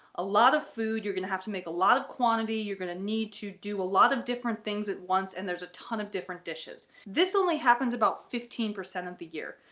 a lot of food, you're going to have to make a lot of quantity, you're going to need to do a lot of different things at once and there's a ton of different dishes. this only happens about fifteen percent of the year,